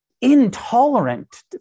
intolerant